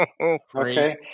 Okay